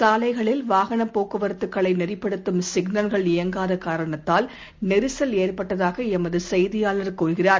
சாலைகளில் வாகனபோக்குவரத்துக்களைநெறிப்படுத்தும் சிக்னல்கள் இயங்காதகாரணத்தால் நெறிசல் ஏற்பட்டதாகளமதுசெய்தியாளர் தெரிவிக்கிறார்